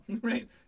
Right